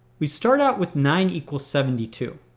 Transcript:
we start out with nine equals seventy two.